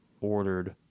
ordered